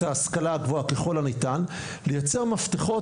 ההשכלה הגבוהה ככל הניתן לייצר מפתחות,